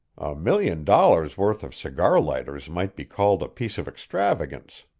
million dollars' worth of cigar-lighters might be called a piece of extravagance,